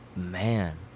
Man